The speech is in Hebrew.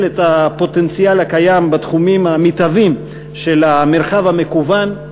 את הפוטנציאל הקיים בתחומים המתהווים של המרחב המקוון,